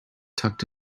tucked